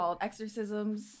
exorcisms